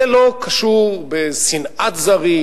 זה לא קשור בשנאת זרים,